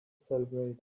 celebrate